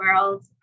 world